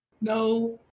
No